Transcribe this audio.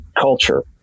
culture